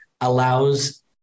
allows